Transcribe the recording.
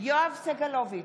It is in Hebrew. יואב סגלוביץ'